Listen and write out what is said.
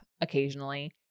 occasionally